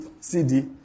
CD